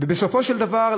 בסופו של דבר,